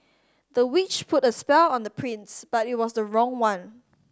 the witch put a spell on the prince but it was the wrong one